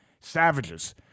Savages